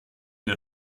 der